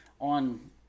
on